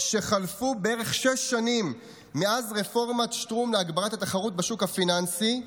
שחלפו בערך שש שנים מאז רפורמת שטרום להגברת התחרות בשוק הפיננסי,